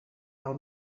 del